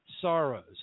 sorrows